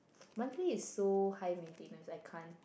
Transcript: monthly is so high maintenance I can't